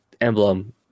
emblem